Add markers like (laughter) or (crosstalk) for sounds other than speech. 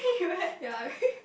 ya (laughs)